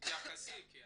תתייחסי גם